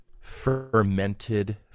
Fermented